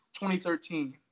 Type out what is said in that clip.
2013